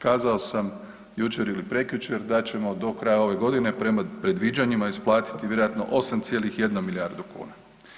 Kazao sam jučer ili prekjučer da ćemo do kraja ove godine prema predviđanjima isplatiti vjerojatno 8,1 milijardu kuna.